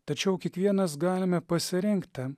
tačiau kiekvienas galime pasirinkti